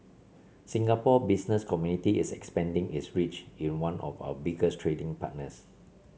Singapore business community is expanding its reach in one of our biggest trading partners